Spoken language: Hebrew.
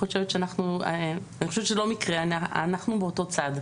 אנחנו באותו צד.